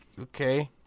Okay